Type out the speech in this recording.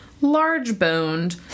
large-boned